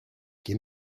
give